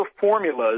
formulas